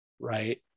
right